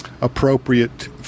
appropriate